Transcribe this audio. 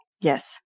Yes